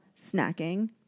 snacking